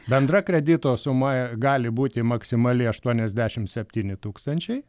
bendra kredito sumoje gali būti maksimali aštuoniasdešimt septyni tūkstančiai